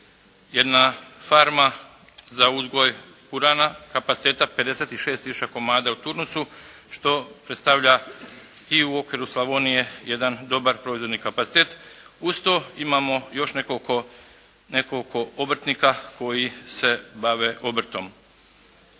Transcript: jedna farma za uzgoj purana, kapaciteta 56 tisuća komada u turnusu, što predstavlja i u okviru Slavonije jedan dobar proizvodni kapacitet. Uz to imamo još nekoliko obrtnika koji se bave obrtom.